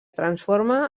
transforma